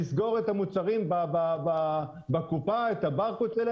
תנו לאנשים שרוצים לשרוד את האפשרות לפתוח.